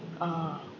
ah